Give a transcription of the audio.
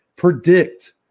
Predict